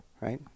right